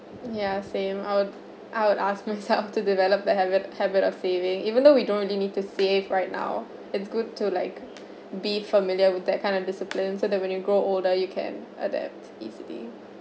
ya same I would I would ask myself to develop the habit habit of saving even though we don't really need to save right now it's good to like be familiar with that kind of discipline so that when you grow older you can adapt easily